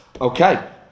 Okay